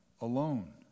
alone